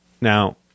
Now